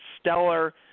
stellar